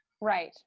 right